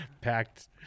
Packed